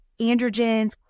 androgens